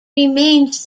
remains